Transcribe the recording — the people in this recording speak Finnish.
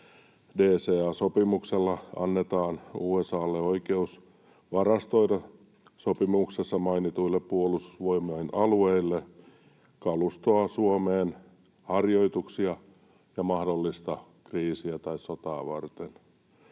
DCA-sopimuksella annetaan USA:lle oikeus varastoida sopimuksessa mainituille Puolustusvoimain alueille kalustoa Suomeen harjoituksia ja mahdollista kriisiä tai sotaa varten.